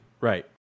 Right